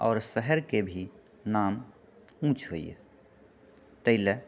आओर शहरके भी नाम उँच होइए ताहिले